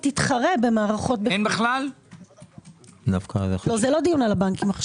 זה לא דיון על הבנקים.